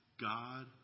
God